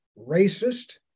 racist